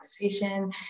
conversation